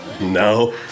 no